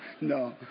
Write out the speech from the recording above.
no